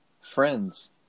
Friends